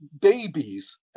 babies